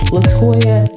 Latoya